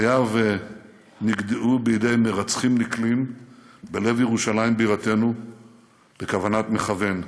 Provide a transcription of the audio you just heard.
חייו נגדעו בידי מרצחים נקלים בלב ירושלים בירתנו בכוונת מכוון,